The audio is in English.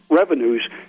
revenues